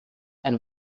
ein